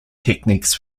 techniques